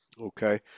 Okay